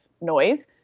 noise